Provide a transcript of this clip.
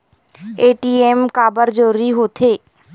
ATM काबर जरूरी हो थे?